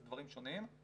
זה דברים שונים,